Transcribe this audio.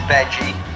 Veggie